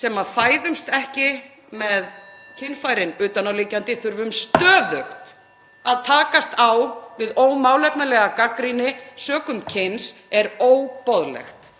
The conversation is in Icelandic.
sem fæðast ekki með kynfærin utanáliggjandi (Forseti hringir.) þurfi stöðugt að takast á við ómálefnalega gagnrýni sökum kyns er óboðlegt.